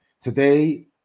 today